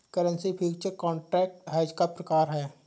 currency future contract hedge का प्रकार है